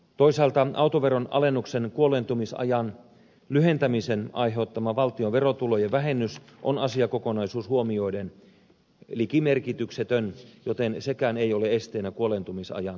toisaalta autoveron alennuksen kuoleentumisajan lyhentämisen aiheuttama valtion verotulojen vähennys on asiakokonaisuus huomioiden liki merkityksetön joten sekään ei olisi esteenä kuoleentumisajan lyhentämiselle